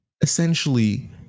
essentially